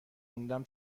موندم